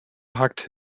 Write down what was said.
hugged